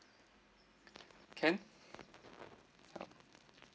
can